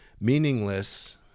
meaningless